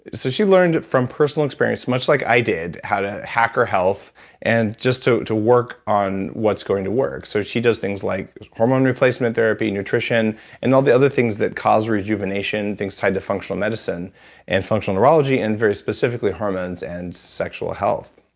so she learned from personal experience much like i did how to hack our health and just to to work on what's going to work so she does things like hormone replacement therapy, nutrition and all the other things that cause rejuvenation, things tied to functional medicine and functional neurology and very specifically hormones and sexual health.